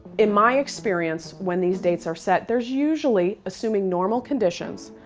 in my experience, when these dates are set, there's usually, assuming normal conditions,